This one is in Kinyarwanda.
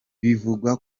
bivugwa